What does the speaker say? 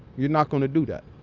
you're not going to do that,